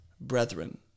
Brethren